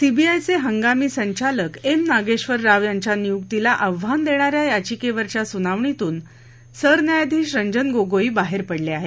सीबीआयचे हंगामी संचालक एम नागेश्वर राव यांच्या नियुक्तीला आव्हान देणाऱ्या याचिकेवरच्या सुनावणीतुन सरन्यायाधीश रंजन गोगोई बाहेर पडले आहेत